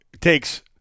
takes